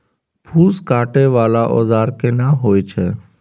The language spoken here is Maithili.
फूस काटय वाला औजार केना होय छै?